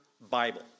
Bible